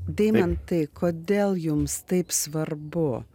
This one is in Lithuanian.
deimantai kodėl jums taip svarbu